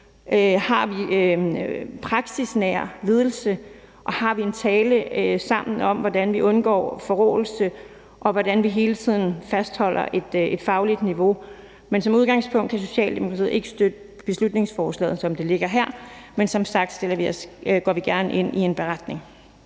har en praksisnær ledelse, om vi har en tale sammen om, hvordan vi undgår forråelse, og hvordan vi hele tiden fastholder et fagligt niveau. Men som udgangspunkt kan Socialdemokratiet ikke støtte beslutningsforslaget, som det ligger her, men som sagt er vi med på en beretning.